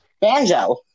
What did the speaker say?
Banjo